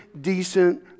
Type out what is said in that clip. decent